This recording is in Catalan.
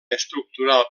estructural